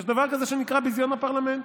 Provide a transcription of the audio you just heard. יש דבר כזה שנקרא ביזיון הפרלמנט.